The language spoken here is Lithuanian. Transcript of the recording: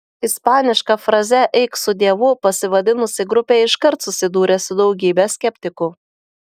ispaniška fraze eik su dievu pasivadinusi grupė iškart susidūrė su daugybe skeptikų